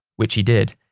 which he did.